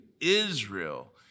Israel